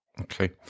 Okay